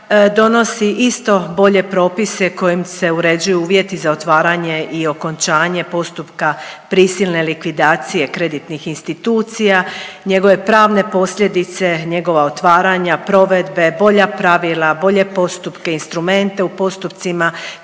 donosi isto bolje propise kojim se uređuju uvjeti za otvaranje i okončanje postupka prisilne likvidacije kreditnih institucija, njegove pravne posljedice, njegova otvaranja, provedbe, bolja pravila, bolje postupke, instrumente u postupcima